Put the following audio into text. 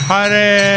Hare